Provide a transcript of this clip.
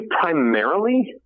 primarily